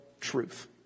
Truth